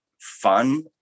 fun